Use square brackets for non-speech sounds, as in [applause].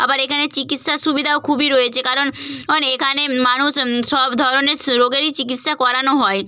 আবার এখানে চিকিৎসার সুবিধাও খুবই রয়েছে কারণ [unintelligible] এখানে মানুষ সব ধরনের রোগেরই চিকিৎসা করানো হয়